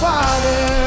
Father